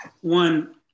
One